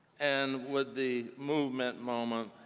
and with the movement moment